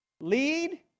Lead